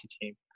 team